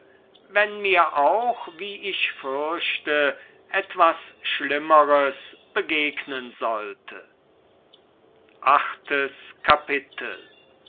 wenn mir auch wie ich fürchte etwas schlimmeres begegnen sollte achtes kapitel